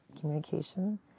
communication